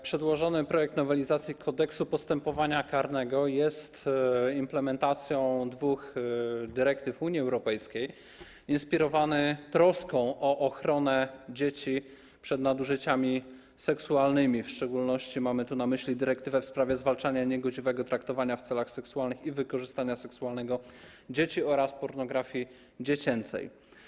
Przedłożony projekt nowelizacji Kodeksu postępowania karnego jest implementacją dwóch dyrektyw Unii Europejskiej, inspirowany jest troską o ochronę dzieci przed nadużyciami seksualnymi, w szczególności mamy tu na myśli dyrektywę w sprawie zwalczania niegodziwego traktowania w celach seksualnych i wykorzystywania seksualnego dzieci oraz pornografii dziecięcej.